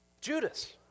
Judas